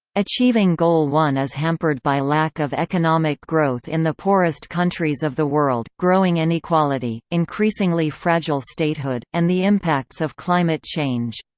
achieving goal one is hampered by lack of economic growth in the poorest countries of the world, growing inequality, increasingly fragile statehood, and the impacts of climate change.